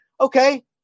Okay